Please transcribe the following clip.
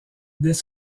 dès